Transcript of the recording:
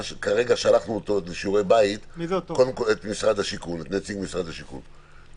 שלחנו את נציג משרד השיכון לשיעורי בית.